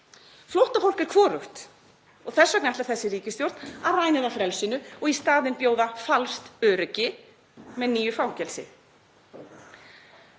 Flóttafólk er hvorugt og þess vegna ætlar þessi ríkisstjórn að ræna það frelsinu og í staðinn að bjóða falskt öryggi með nýju fangelsi.